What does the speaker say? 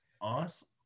Awesome